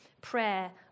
prayer